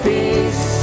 Peace